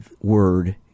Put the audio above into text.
word